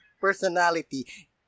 personality